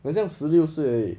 很像十六岁而已